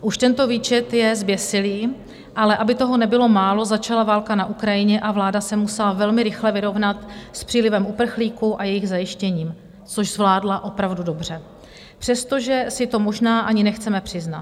Už tento výčet je zběsilý, ale aby toho nebylo málo, začala válka na Ukrajině a vláda se musela velmi rychle vyrovnat s přílivem uprchlíků a jejich zajištěním, což zvládla opravdu dobře, přestože si to možná ani nechceme přiznat.